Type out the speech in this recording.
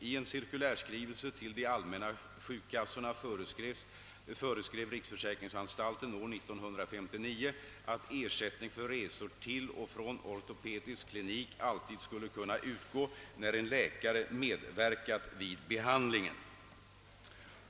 I en cirkulärskrivelse till de allmänna sjukkassorna föreskrev riksförsäkringsanstalten år 1959 att ersättning för resor till och från ortope: disk klinik alltid skulle kunna utgå när en läkare medverkat vid behandlingen.